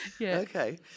Okay